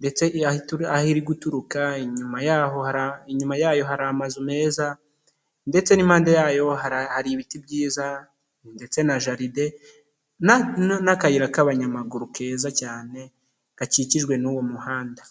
ndetse aho iri guturuka, inyuma y'aho, inyuma yayo hari amazu meza ndetse n'impande yayo hari ibiti byiza ndetse na jaride n'akayira k'abanyamaguru keza cyane gakikijwe n'uwo muhanda.